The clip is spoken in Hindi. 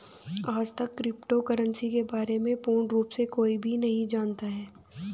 आजतक क्रिप्टो करन्सी के बारे में पूर्ण रूप से कोई भी नहीं जानता है